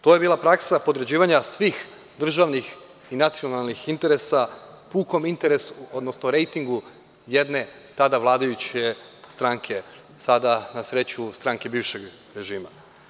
To je bila praksa podređivanja svih državnih i nacionalnih interesa pukom interesu, odnosno rejtingu jedne tada vladajuće stranke, a sada na sreću stranke bivšeg režima.